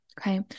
Okay